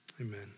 amen